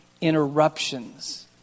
interruptions